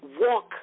walk